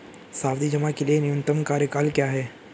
सावधि जमा के लिए न्यूनतम कार्यकाल क्या है?